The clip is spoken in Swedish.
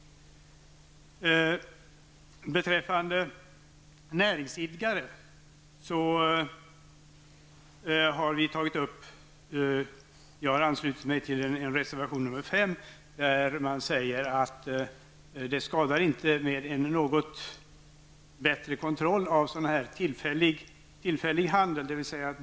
Beträffande frågan om näringsidkare ansluter jag mig till reservation 5, där man menar att det inte skadar med en något bättre kontroll av tillfällig handel.